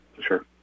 Sure